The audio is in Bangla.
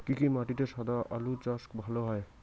কি কি মাটিতে সাদা আলু চাষ ভালো হয়?